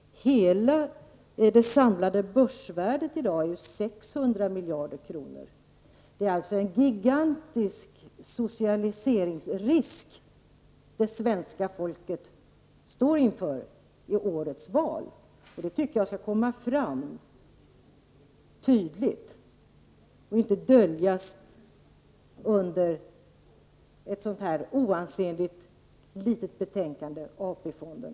Det samlade börsvärdet i dag är 600 miljarder kronor. Det svenska folket står i årets val inför en gigantisk socialiseringsrisk. Det tycker jag skall komma fram tydligt och inte döljas i ett sådant här oansenligt litet betänkande om AP-fonden.